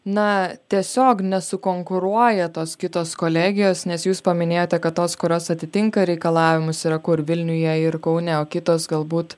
na tiesiog nesukonkuruoja tos kitos kolegijos nes jūs paminėjote kad tos kurios atitinka reikalavimus yra kur vilniuje ir kaune o kitos galbūt